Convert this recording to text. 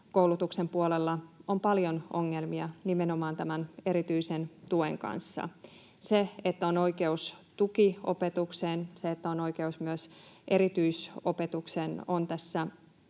lukiokoulutuksen puolella on paljon ongelmia nimenomaan tämän erityisen tuen kanssa. Se, että on oikeus tukiopetukseen, se, että on oikeus myös erityisopetukseen, on tässä